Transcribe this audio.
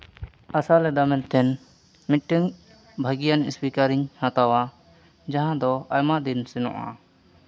ᱟᱥᱟ ᱞᱮᱫᱟ ᱢᱮᱱᱛᱮ ᱢᱤᱫᱴᱟᱹᱝ ᱵᱷᱟᱹᱜᱤᱭᱟᱱ ᱥᱯᱤᱠᱟᱨ ᱤᱧ ᱦᱟᱛᱟᱣᱟ ᱡᱟᱦᱟᱸ ᱫᱚ ᱟᱭᱢᱟ ᱫᱤᱱ ᱥᱮᱱᱚᱜᱼᱟ